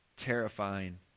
terrifying